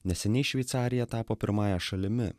neseniai šveicarija tapo pirmąja šalimi